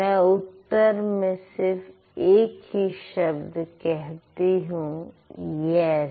मैं उत्तर में सिर्फ एक ही शब्द कहती हूं यस